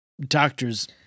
doctor's